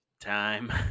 time